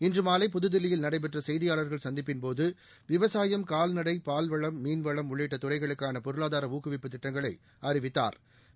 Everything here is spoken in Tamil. இன்று மாலை புதுதில்லியில் நடைபெற்ற செய்தியாளர்கள் சந்திப்பின் போது விவசாயம் கால்நடை பால்வளம் மீன்வளம் உள்ளிட்ட துறைகளுக்கான பொருளாதார ஊக்குவிப்பு திட்டங்களை அறிவித்தாா்